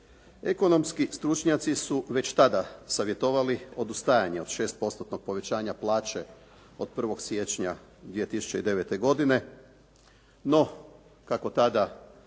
Ekonomski stručnjaci su već tada savjetovali odustajanje od 6 postotnog povećanja plaće od 1. siječnja 2009. godine, no kako tada